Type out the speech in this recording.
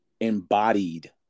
embodied